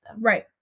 Right